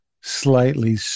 slightly